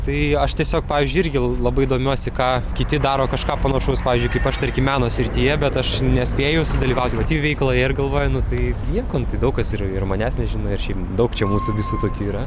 tai aš tiesiog pavyzdžiui irgi labai domiuosi ką kiti daro kažką panašaus pavyzdžiui kaip aš tarkim meno srityje bet aš nespėju sudalyvauti jų veikloje ir galvoju nu tai nieko nu tai daug kas ir ir manęs nežino ir šiaip daug čia mūsų visų tokių yra